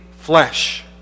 flesh